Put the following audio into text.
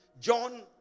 John